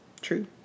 True